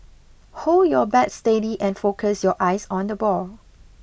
hold your bat steady and focus your eyes on the ball